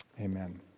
Amen